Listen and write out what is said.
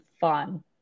fun